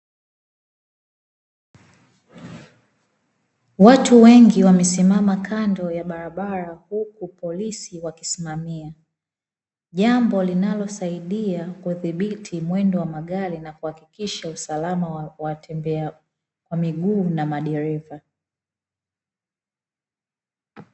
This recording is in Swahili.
Watu wengi wamesimama kando ya barabara huku polisi wakisimamia, jambo linalosaidia kudhibiti mwendo wa magari na kuhakikisha usalama wa watembea kwa miguu na madereva.